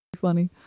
funny